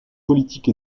politique